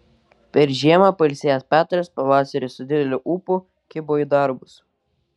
per žiemą pailsėjęs petras pavasarį su dideliu ūpu kibo į darbus